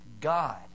god